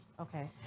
Okay